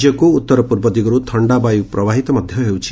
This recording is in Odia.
ରାଜ୍ୟକୁ ଉଉର ପୂର୍ବ ଦିଗରୁ ଥଣ୍ତା ବାୟୁ ପ୍ରବାହିତ ହେଉଛି